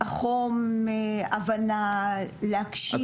חום, הבנה, להקשיב.